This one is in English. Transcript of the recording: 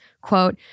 quote